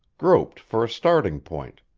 groped for a starting point.